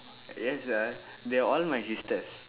yes ah they all my sisters